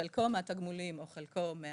חלקו מהתגמולים או חלקו מהפיצויים,